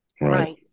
Right